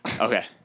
okay